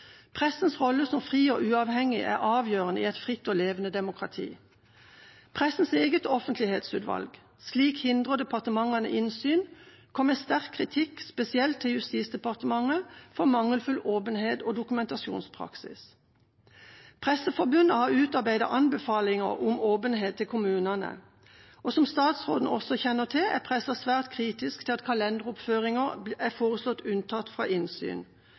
Pressens rolle som fri og uavhengig er avgjørende i et fritt og levende demokrati. I «Slik hindrer departementer innsyn» fra Pressens Offentlighetsutvalg kom det sterk kritikk, spesielt av Justis- og beredskapsdepartementet, for mangelfull åpenhet og dokumentasjonspraksis. Presseforbundet har utarbeidet anbefalinger om åpenhet til kommunene. Som statsråden også kjenner til, er pressen svært kritisk til at kalenderoppføringer er foreslått unntatt fra innsyn.